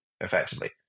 effectively